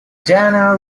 dana